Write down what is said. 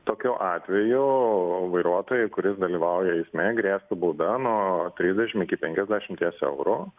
tokiu atveju vairuotojui kuris dalyvauja eisme grėstų bauda nuo trisdešimt iki penkiasdešimties eurų